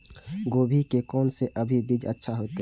गोभी के कोन से अभी बीज अच्छा होते?